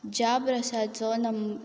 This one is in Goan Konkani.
ज्या ब्रसाचो नम